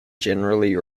generally